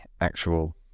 actual